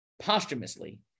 posthumously